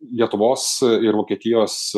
lietuvos ir vokietijos